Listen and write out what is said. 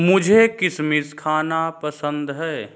मुझें किशमिश खाना पसंद है